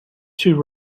two